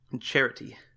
charity